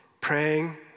praying